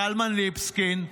קלמן ליבסקינד.